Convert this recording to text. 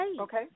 okay